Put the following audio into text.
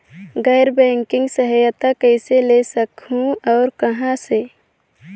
गैर बैंकिंग सहायता कइसे ले सकहुं और कहाँ से?